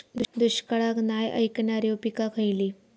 दुष्काळाक नाय ऐकणार्यो पीका खयली?